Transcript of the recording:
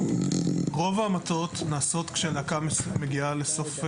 רוב ההמתות נעשות כאשר להקה מגיעה לסוף דרכה.